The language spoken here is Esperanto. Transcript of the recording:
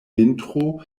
vintro